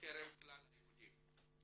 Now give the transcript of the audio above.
בקרב כלל היהודים.